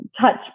touch